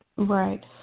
Right